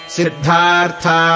Siddhartha